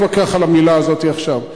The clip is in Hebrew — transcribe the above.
אני לא אתווכח על המלה הזאת עכשיו.